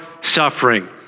suffering